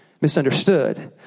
misunderstood